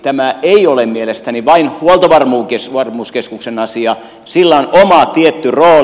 tämä ei ole mielestäni vain huoltovarmuuskeskuksen asia sillä on oma tietty rooli